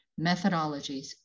methodologies